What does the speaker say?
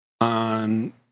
on